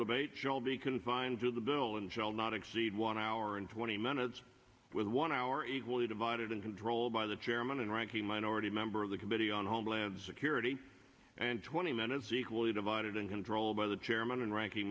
debate shall be confined to the bill and shall not exceed one hour and twenty minutes with one hour equally divided and controlled by the chairman and ranking minority member of the committee on homeland security and twenty minutes equally divided and controlled by the chairman and ranking